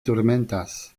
turmentas